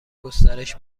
گسترش